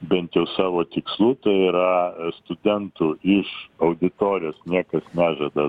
bent jau savo tikslų tai yra studentų iš auditorijos niekas nežada